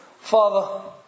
Father